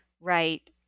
right